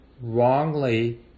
wrongly